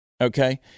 okay